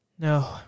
No